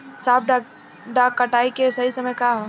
सॉफ्ट डॉ कटाई के सही समय का ह?